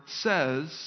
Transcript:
says